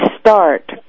start